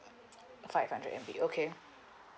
five hundred M_B okay